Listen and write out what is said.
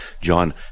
John